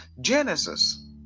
Genesis